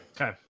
Okay